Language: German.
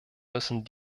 müssen